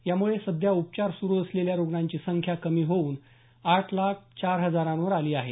यामुळे सध्या उपचार सुरू असलेल्या रुग्णांची संख्या कमी होऊन आठ लाख चार हजारांवर आली आहे